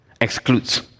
excludes